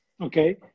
Okay